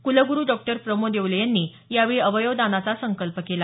कुलगुरू डॉ प्रमोद येवले यांनी यावेळी अवयव दानाचा संकल्प केला